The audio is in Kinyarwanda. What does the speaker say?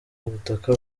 ubutaka